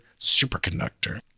superconductor